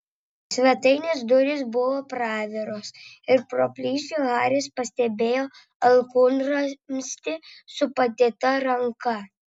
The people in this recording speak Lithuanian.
svetainės durys buvo praviros ir pro plyšį haris pastebėjo alkūnramstį su padėta ranka